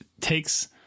takes